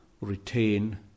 retain